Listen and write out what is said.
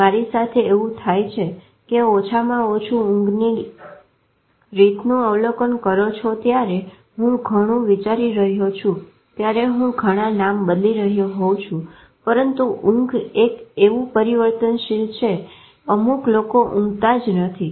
મારી સાથે એવું થાય છે કે ઓછામાં ઓછું ઊંઘની રીતનું અવલોકન કરો છો ત્યારે હું ઘણું વિચારી રહ્યો છું ત્યારે હું ઘણા નામ બદલી રહ્યો હોવ છું પરંતુ ઊંઘ એક એવું પરિવર્તનશીલ છે અમુક લોકો ઊંઘતા જ નથી